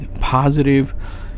positive